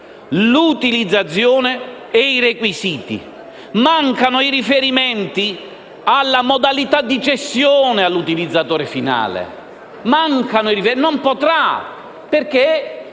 l'utilizzazione e i requisiti. Mancano i riferimenti alla modalità di cessione all'utilizzatore finale e non si potrà fare,